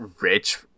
Rich